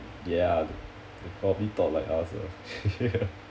ya probably thought like us ah